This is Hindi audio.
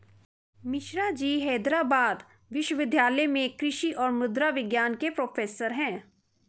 मिश्राजी हैदराबाद विश्वविद्यालय में कृषि और मृदा विज्ञान के प्रोफेसर हैं